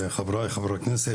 לחבריי חברי הכנסת,